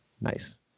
nice